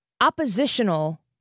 oppositional